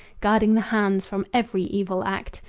guarding the hands from every evil act,